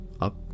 up